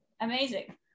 amazing